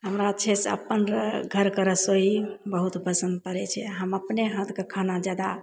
हमरा छै से अपन घरके रसोइ बहुत पसन्द पड़य छै हम अपने हाथके खाना जादा